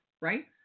right